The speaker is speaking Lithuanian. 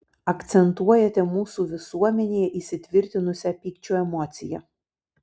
akcentuojate mūsų visuomenėje įsitvirtinusią pykčio emociją